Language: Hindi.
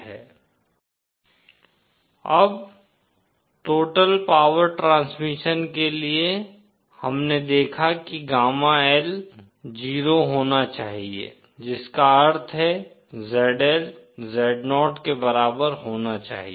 Z Z 1 Γ 0 1− Γ Z z l Z 1 Γl 0 1−Γ Zl Z 1 Γl 0 1−Γ Zl Z0 अब टोटल पॉवर ट्रांसमिशन के लिए हमने देखा कि गामा L 0 होना चाहिए जिसका अर्थ है ZL Zo के बराबर होना चाहिए